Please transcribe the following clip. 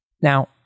Now